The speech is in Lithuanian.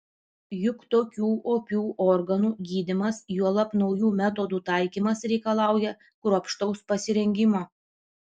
juk tokių opių organų gydymas juolab naujų metodų taikymas reikalauja kruopštaus pasirengimo